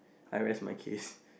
I rest my case